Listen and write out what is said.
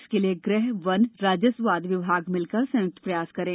इसके लिए गृह वन राजस्व आदि विभाग मिलकर संयुक्त प्रयास करें